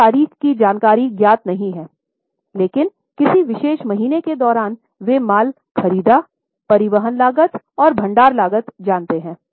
यहां तारीख की जानकारी ज्ञात नहीं है लेकिन किसी विशेष महीने के दौरान वे माल खरीदा परिवहन लागत और भंडारण लागत जानते हैं